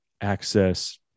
access